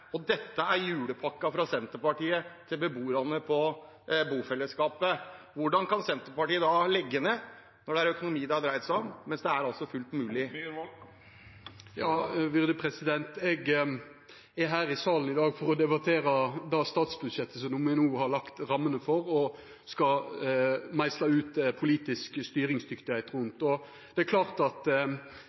Dette er julepakken fra Senterpartiet til beboerne på bofellesskapet. Hvordan kan Senterpartiet da legge ned, når det er økonomi det har dreid seg om, mens det altså er fullt mulig? Eg er her i salen i dag for å debattera det statsbudsjettet som me no har lagt rammene for og skal meisla ut politisk styringsdyktigheit rundt. Det er klart at